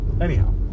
Anyhow